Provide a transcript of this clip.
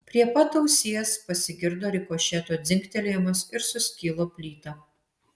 prie pat ausies pasigirdo rikošeto dzingtelėjimas ir suskilo plyta